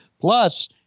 Plus